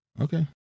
Okay